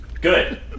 Good